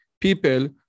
people